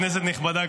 כנסת נכבדה,